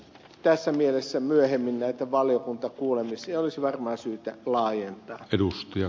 tässä mielessä myöhemmin näitä valiokuntakuulemisia olisi varmaan syytä laajentaa